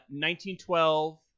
1912